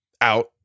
out